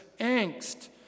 angst